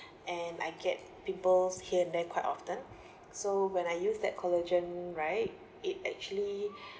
and I get pimples here there quite often so when I use that collagen right it actually